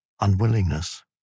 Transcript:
unwillingness